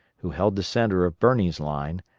who held the centre of birney's line,